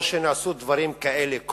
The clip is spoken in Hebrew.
או שנעשו דברים כאלה קודם?